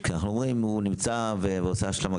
כי אנחנו אומרים הוא נמצא והוא עושה השלמות.